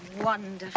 one.